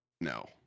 No